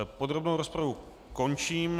Podrobnou rozpravu končím.